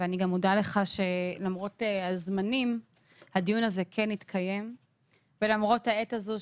ואני גם מודה לך שלמרות הזמנים הדיון זה כן התקיים ולמרות העת הזו,